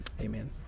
Amen